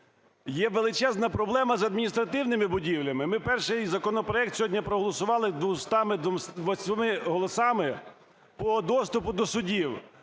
Є величезна проблема з адміністративними будівлями. Ми перший законопроект сьогодні проголосували 228 голосами по доступу до судів.